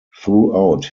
throughout